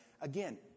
again